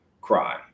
cry